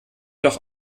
doch